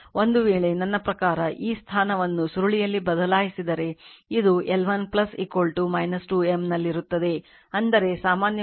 ಒಂದು ವೇಳೆ ನನ್ನ ಪ್ರಕಾರ ಈ ಸ್ಥಾನವನ್ನು ಸುರುಳಿಯಲ್ಲಿ ಬದಲಾಯಿಸಿದರೆ ಇದು L1 2 M ನಲ್ಲಿರುತ್ತದೆ ಅಂದರೆ ಸಾಮಾನ್ಯವಾಗಿ ಇದು L1 2 M ಆಗಿರುತ್ತದೆ